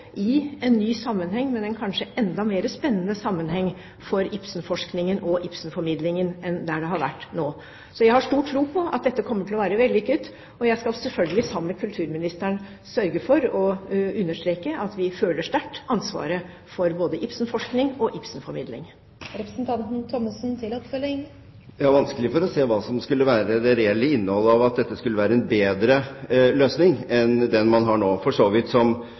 i en ny sammenheng, men i en kanskje enda mer spennende sammenheng for Ibsen-forskningen og Ibsen-formidlingen enn der det har vært til nå. Jeg har stor tro på at dette kommer til å bli vellykket, og jeg skal selvfølgelig – sammen med kulturministeren – sørge for å understreke at vi sterkt føler ansvaret for både Ibsen-forskning og Ibsen-formidling. Jeg har vanskelig for å se hva som ville være det reelle innholdet i den løsningen, at den skulle være bedre enn den løsningen man har nå – som for så vidt fungerer med hensyn til det som